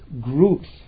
groups